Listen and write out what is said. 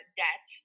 debt